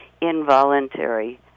involuntary